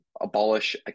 abolish